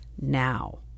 now